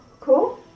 Cool